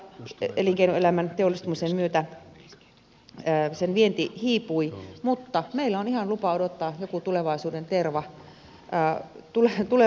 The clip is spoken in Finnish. elinkeinoelämän teollistumisen myötä sen vienti hiipui mutta meillä on ihan lupa odottaa joku tulevaisuuden terva tulevaksi